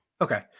Okay